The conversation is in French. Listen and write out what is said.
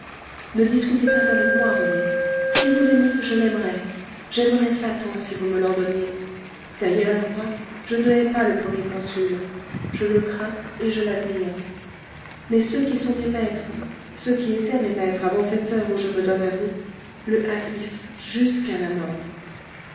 ne discutez pas avec moi rené si vous l'aimez je l'aimerai j'aimerais satan si vous me l'ordonniez d'ailleurs moi je ne hais pas le premier consul je le crains et je l'admire mais ceux qui sont mes maîtres ceux qui étaient mes maîtres avant cette heure où je me donne à vous le haïssent jusqu'à la mort